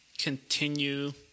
continue